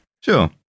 Sure